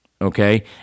okay